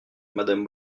madame